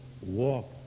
walk